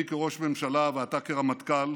אני כראש ממשלה ואתה כרמטכ"ל,